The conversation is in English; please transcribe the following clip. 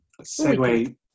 segue